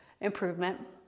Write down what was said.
improvement